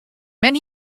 men